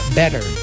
better